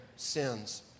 sins